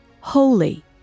holy